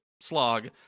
slog